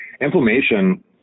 inflammation